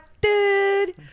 dude